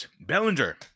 Bellinger